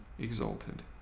exalted